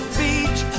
beach